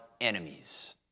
enemies